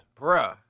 Bruh